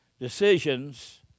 decisions